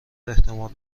احتمال